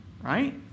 Right